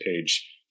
page